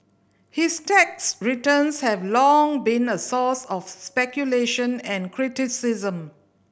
his tax returns have long been a source of speculation and criticism